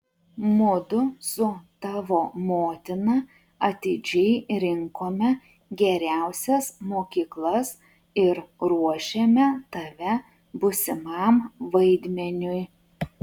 mudu su tavo motina atidžiai rinkome geriausias mokyklas ir ruošėme tave būsimam vaidmeniui